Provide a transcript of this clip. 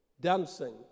Dancing